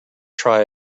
try